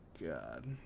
God